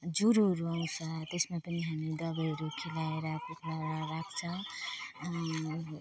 ज्वरोहरू आउँछ त्यसमा पनि हामी दबाईहरू खुवाएर कुखुरालाई राख्छ